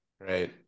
right